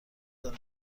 دارم